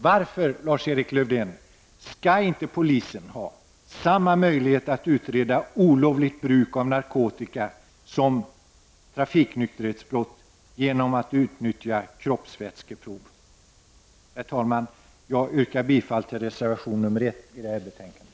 Varför, Lars-Erik Lövdén, skall polisen inte ha samma möjligheter att utreda olovligt bruk av narkotika som trafiknykterhetsbrott genom att utnyttja kroppsvätskeprov? Herr talman! Jag yrkar bifall till reservation nr 1 vid detta betänkande.